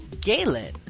Galen